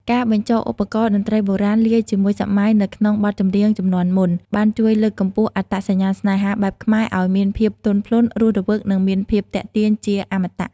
ការបញ្ចូលឧបករណ៍តន្ត្រីបុរាណលាយជាមួយសម័យនៅក្នុងបទចម្រៀងជំនាន់មុន បានជួយលើកកម្ពស់អត្តសញ្ញាណស្នេហាបែបខ្មែរឱ្យមានភាពទន់ភ្លន់ រស់រវើក និងមានភាពទាក់ទាញជាអមតៈ។